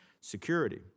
security